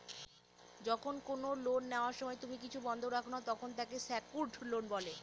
যখন কোনো লোন নেওয়ার সময় তুমি কিছু বন্ধক রাখো না, তখন তাকে সেক্যুরড লোন বলে